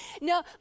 no